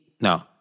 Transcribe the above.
no